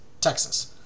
Texas